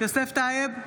יוסף טייב,